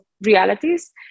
realities